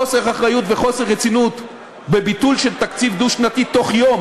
חוסר אחריות וחוסר רצינות בביטול של תקציב דו-שנתי בתוך יום,